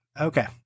Okay